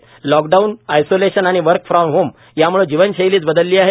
lockdown isolation आणि work from home याम्ळे जीवनशैलीच बदलली आहे